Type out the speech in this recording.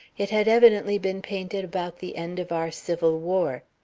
it had evidently been painted about the end of our civil war.